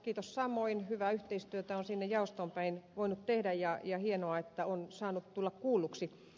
kiitos samoin hyvää yhteistyötä on sinne jaostoon päin voinut tehdä ja on hienoa että on saanut tulla kuulluksi